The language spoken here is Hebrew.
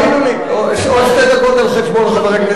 עוד שתי דקות על חשבון חבר הכנסת שטרית.